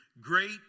great